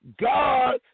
God